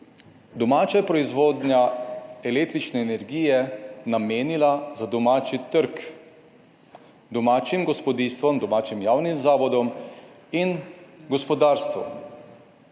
domača proizvodnja električne energije namenila za domači trg, domačim gospodinjstvom, domačim javnim zavodom in gospodarstvom.